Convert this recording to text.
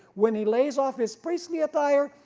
when he lays off his priestly attire,